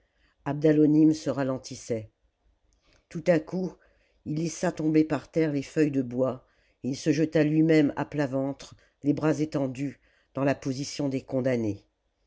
abdalonim se ralentissait tout à coup il laissa tomber par terre les feuilles de bois et il se jeta lui-même à plat ventre les bras étendus dans la position des condamnés